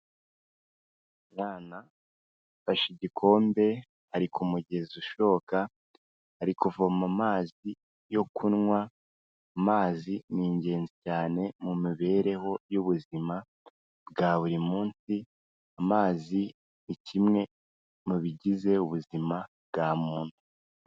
Umwana afashe igikombe ari ku mugezi ushoka ari kuvoma amazi yo kunywa, amazi ni ingenzi cyane mu mibereho y'ubuzima bwa buri munsi, amazi ni kimwe mu bigize ubuzima bwa muntu.